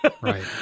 Right